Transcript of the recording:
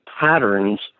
patterns